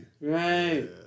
Right